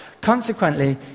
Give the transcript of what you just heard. Consequently